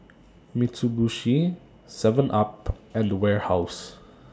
Mitsubishi Seven up and Warehouse